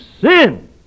sin